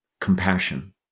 compassion